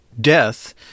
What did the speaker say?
death